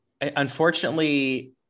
unfortunately